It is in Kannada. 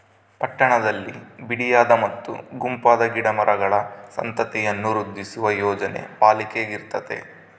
ಪಟ್ಟಣದಲ್ಲಿ ಬಿಡಿಯಾದ ಮತ್ತು ಗುಂಪಾದ ಗಿಡ ಮರಗಳ ಸಂತತಿಯನ್ನು ವೃದ್ಧಿಸುವ ಯೋಜನೆ ಪಾಲಿಕೆಗಿರ್ತತೆ